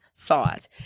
Thought